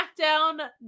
smackdown